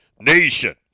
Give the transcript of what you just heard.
nation